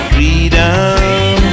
Freedom